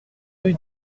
rue